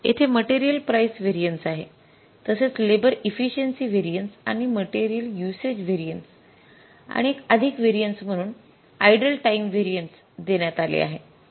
येथे material price variance आहे तसेच लेबर इफिसिएन्सी व्हेरिएन्स आणि मटेरियल युसेज व्हेरिएन्स आणि एक अधिक व्हेरिएन्स म्हणून आइडलटाईम व्हेरिएन्स देण्यात आले आहे